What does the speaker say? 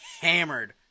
hammered